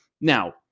Now